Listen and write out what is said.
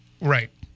Right